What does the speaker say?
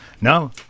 no